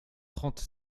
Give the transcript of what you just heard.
trente